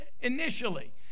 initially